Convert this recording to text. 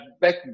back